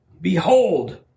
behold